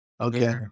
Okay